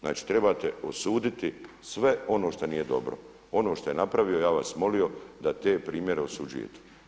Znači trebate osuditi sve ono što nije dobro, ono što je napravio, ja bih vas molio da te primjere osuđujete.